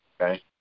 okay